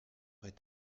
est